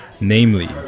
Namely